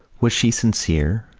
was she sincere?